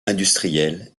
industriel